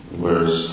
whereas